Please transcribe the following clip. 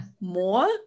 more